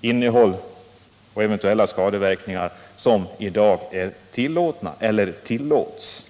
som i fråga om eventuella skadeverkningar i dag tillåts.